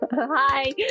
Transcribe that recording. Hi